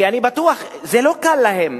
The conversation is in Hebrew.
כי אני בטוח, זה לא קל להם.